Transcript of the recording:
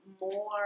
more